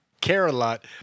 Care-a-Lot